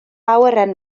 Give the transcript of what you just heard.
awyren